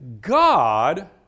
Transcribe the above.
God